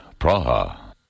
Praha